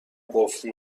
قفل